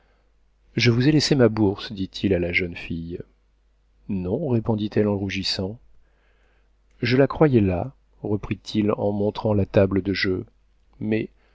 je vous ai laissé ma bourse dit-il à la jeune fille non répondit-elle en rougissant je la croyais là reprit-il en montrant la table de jeu mais